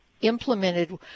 implemented